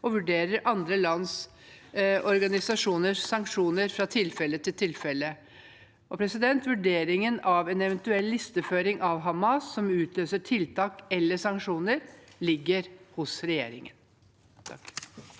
og vurderer andre lands og organisasjoners sanksjoner fra tilfelle til tilfelle. Vurderingen av en eventuell listeføring av Hamas som utløser tiltak eller sanksjoner, ligger hos regjeringen. Marit